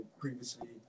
previously